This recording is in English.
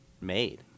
made